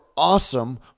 Awesome